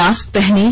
mask पहनें